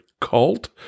cult